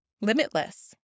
limitless